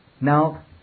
Now